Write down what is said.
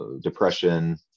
depression